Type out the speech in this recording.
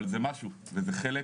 אבל זה משהו וזה חלק.